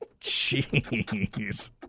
Jeez